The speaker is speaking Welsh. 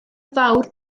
fawr